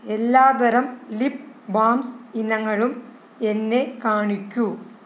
എല്ലാതരം lip balms ഇനങ്ങളും എന്നെ കാണിക്കൂ